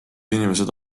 inimesed